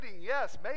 yes